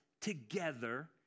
together